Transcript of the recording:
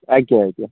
ଆଜ୍ଞା ଆଜ୍ଞା